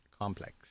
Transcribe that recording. complex